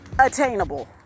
attainable